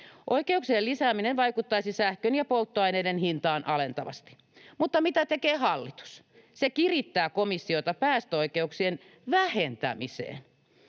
Oikeuksien lisääminen vaikuttaisi sähkön ja polttoaineiden hintaan alentavasti. Mutta mitä tekee hallitus? Se kirittää komissiota päästöoikeuksien vähentämiseen.